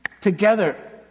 together